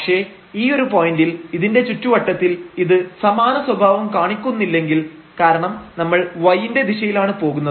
പക്ഷേ ഈ ഒരു പോയന്റിൽ ഇതിന്റെ ചുറ്റുവട്ടത്തിൽ ഇത് സമാന സ്വഭാവം കാണിക്കുന്നില്ലെങ്കിൽ കാരണം നമ്മൾ y ന്റെ ദിശയിലാണ് പോകുന്നത്